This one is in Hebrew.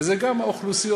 וזה גם האוכלוסיות